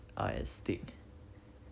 are at stake